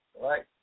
right